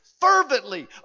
fervently